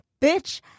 Bitch